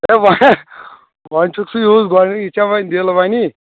وَ وَۄنۍ چُھکھ ژٕ یوٗت یہِ ژےٚ وۄنۍ دل ونی